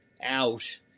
out